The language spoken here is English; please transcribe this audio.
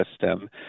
system